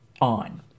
on